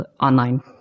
online